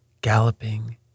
galloping